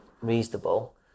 reasonable